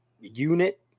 unit